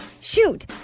shoot